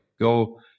go